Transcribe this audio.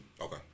Okay